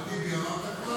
אחמד טיבי אמרת כבר?